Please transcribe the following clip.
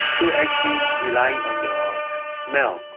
so actually relying on your um smell,